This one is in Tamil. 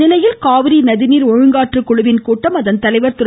இந்நிலையில் காவிரி நதிநீர் ஒழுங்காற்றுக்குழுவின் கூட்டம் அதன் தலைவர் திரு